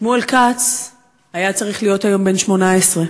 שמואל כץ היה צריך להיות היום בן 18,